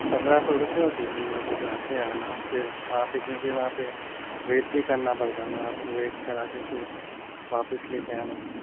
پندرہ سو روپے اور پھر تین لوگوں کو جا کے آنا پھر وہاں پہ کیونکہ وہاں پہ ویٹ بھی کرنا پڑتا ہے نا آپ کو ویٹ کرا کے پھر واپس لے کے آنا